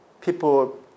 people